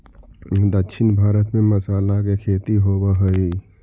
दक्षिण भारत में मसाला के खेती होवऽ हइ